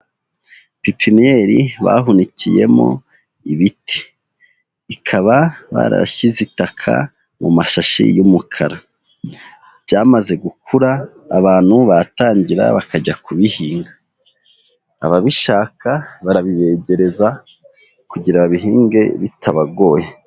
Pipinyeri bahunikiyemo ibiti, ikaba barashyize itaka mu mashashi y'umukara, byamaze gukura abantu baratangira bakajya kubihinga, ababishaka barabibegereza kugira babihinge bitabagoye.